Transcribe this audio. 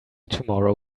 tomorrow